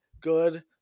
good